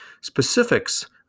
Specifics